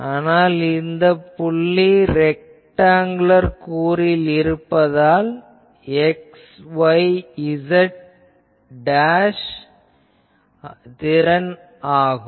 ஆனால் இந்த புள்ளி ரெக்டாங்குலர் கூறில் இருப்பதால் இது xyz திறன் ஆகும்